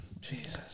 Jesus